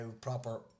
proper